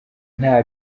nta